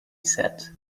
said